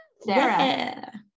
Sarah